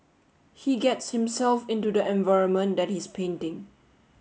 he gets himself into the environment that he's painting